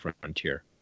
Frontier